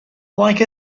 like